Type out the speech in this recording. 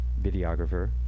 videographer